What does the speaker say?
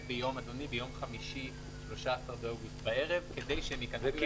ביום חמישי 13 באוגוסט בערב כדי שניכנס לתוקף ביום שישי.